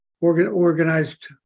organized